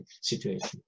situation